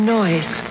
noise